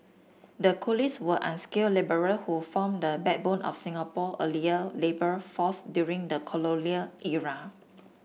the coolies were unskilled labourer who formed the backbone of Singapore earlier labour force during the colonial era